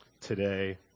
Today